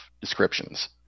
descriptions